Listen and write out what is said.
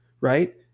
right